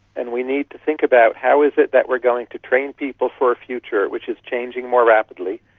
and we need to think about how is it that we are going to train people for a future which is changing more rapidly?